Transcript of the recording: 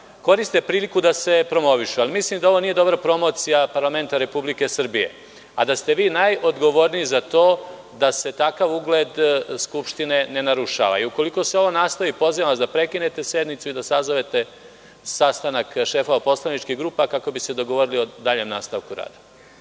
koriste priliku da se promovišu. Mislim da ovo nije dobra promocija parlamenta Republike Srbije, a da ste vi najodgovorniji za to da se takav ugled Skupštine ne narušava. Ukoliko se ovo nastavi, pozivam vas da prekinete sednicu i da sazovete sastanak šefova poslaničkih grupa kako bi se dogovorili o daljem nastavku rada.